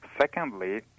Secondly